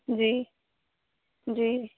جی جی